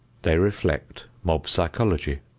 they reflect mob psychology.